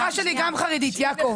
המשפחה שלי גם חרדית יעקב.